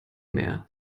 mehr